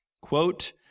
Quote